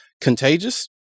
contagious